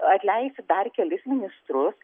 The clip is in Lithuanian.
atleisi dar kelis ministrus